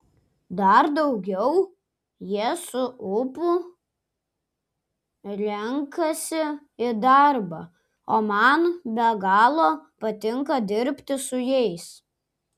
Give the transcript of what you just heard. dar daugiau jie su ūpu renkasi į darbą o man be galo patinka dirbti su jais